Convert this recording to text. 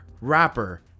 rapper